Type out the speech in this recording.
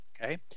okay